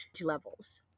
levels